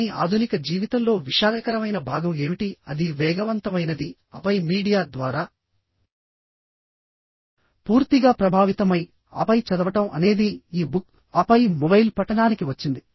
కానీ ఆధునిక జీవితంలో విషాదకరమైన భాగం ఏమిటి అది వేగవంతమైనది ఆపై మీడియా ద్వారా పూర్తిగా ప్రభావితమై ఆపై చదవడం అనేది ఇ బుక్ ఆపై మొబైల్ పఠనానికి వచ్చింది